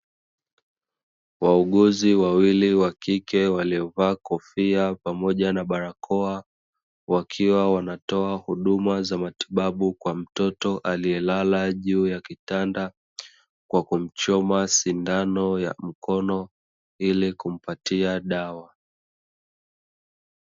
Wauguzi wawili wakike waliovaa kofia pamoja na barakoa, wakiwa wanatoa huduma za matibabu kwa mtoto aliyelala juu ya kitanda, kwa kumchoma sindano ya mkono ili kumpatia dawa.